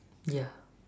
ya